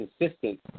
consistent